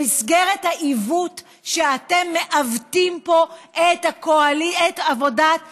במסגרת העיוות שאתם מעוותים פה את עבודת הכנסת,